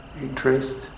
interest